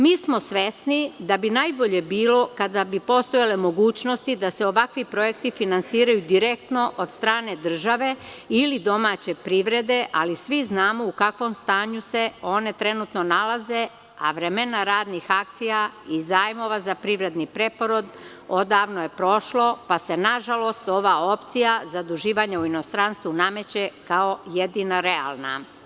Mi smo svesni da bi najbolje bilo kada bi postojale mogućnosti da se ovakvi projekti finansiraju direktno od strane države ili domaće privrede, ali svi znamo u kakvom stanju se one trenutno nalaze, a vremena radnih akcija i zajmova za privredni preporod odavno je prošlo, pa se, nažalost, ova opcija zaduživanja u inostranstvu nameće kao jedina realna.